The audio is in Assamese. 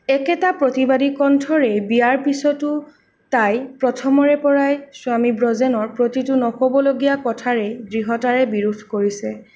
একেটা প্ৰতিবাদী কণ্ঠৰে বিয়াৰ পিছতো তাই প্ৰথমৰে পৰাই স্বামী ব্ৰজেনৰ প্ৰতিটো নক'বলগীয়া কথাৰে দৃঢ়তাৰে বিৰোধ কৰিছে